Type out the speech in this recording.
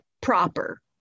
Proper